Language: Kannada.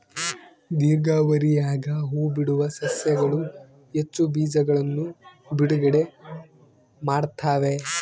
ದೀರ್ಘಾವಧಿಯಾಗ ಹೂಬಿಡುವ ಸಸ್ಯಗಳು ಹೆಚ್ಚು ಬೀಜಗಳನ್ನು ಬಿಡುಗಡೆ ಮಾಡ್ತ್ತವೆ